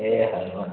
એ સારું ચાલો